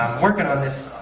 working on this